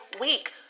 week